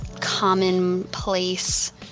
commonplace